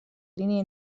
línia